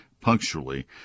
punctually